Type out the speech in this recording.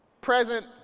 Present